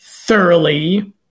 Thoroughly